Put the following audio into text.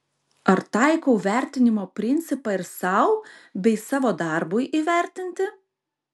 ar taikau vertinimo principą ir sau bei savo darbui įvertinti